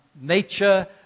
nature